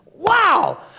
Wow